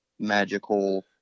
Magical